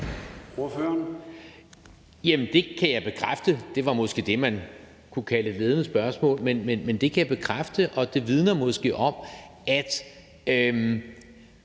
det kan jeg bekræfte, og det var måske det, man kunne kalde et ledende spørgsmål. Men det kan jeg bekræfte, og det vidner jo måske om, at